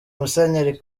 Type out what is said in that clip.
musenyeri